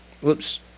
Whoops